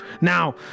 Now